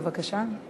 בבקשה.